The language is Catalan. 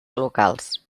locals